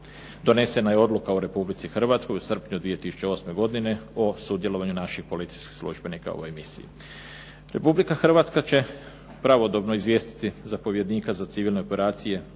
Donesena je odluka o Republici Hrvatskoj u srpnju 2008. godine o sudjelovanju naših policijskih službenika u ovoj misiji. Republika Hrvatska će pravodobno izvijestiti zapovjednika za civilne operacije